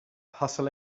hustle